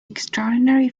extraordinary